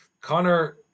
Connor